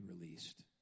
released